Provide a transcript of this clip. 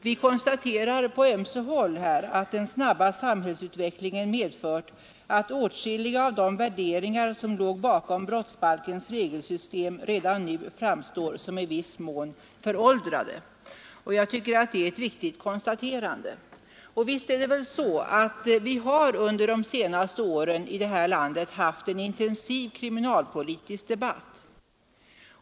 Vi konstaterar på ömse håll att den snabba samhällsutvecklingen har medfört att åtskilliga av de värderingar som låg bakom brottsbalkens regelsystem redan nu framstår som i viss mån föråldrade. Det tycker jag är ett riktigt konstaterande. Under de senaste åren har vi här i landet haft en intensiv kriminalpolitisk debatt.